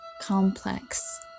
complex